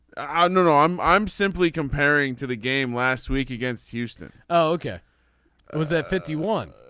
ah no no i'm. i'm simply comparing to the game last week against houston. oh ok. i was at fifty one.